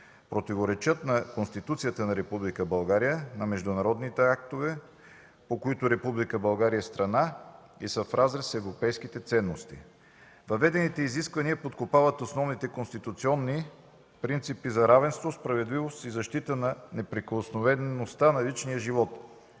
противоречат на Конституцията на Република България, на международни актове, по които Република България е страна, и са в разрез с европейските ценности. Въведените изисквания подкопават основните конституционни принципи за равенство, справедливост и защита на неприкосновеността на личния живот.